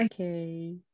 okay